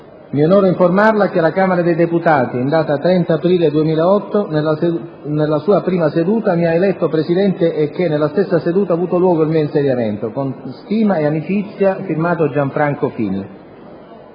mi onoro informarLa che la Camera dei deputati, in data 30 aprile 2008, nella sua prima seduta, mi ha eletto Presidente e che, nella seduta stessa, ha avuto luogo il mio insediamento. Con sincera stima e amicizia. F.to: Gianfranco Fini».